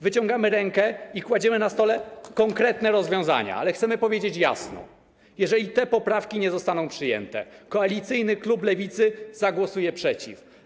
Wyciągamy rękę i kładziemy na stole konkretne rozwiązania, ale chcemy powiedzieć jasno: jeżeli te poprawki nie zostaną przyjęte, koalicyjny klub Lewicy zagłosuje przeciw.